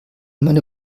meine